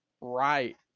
right